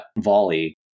volley